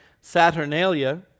Saturnalia